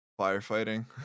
firefighting